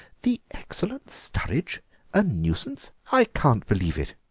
the excellent sturridge a nuisance! i can't believe it.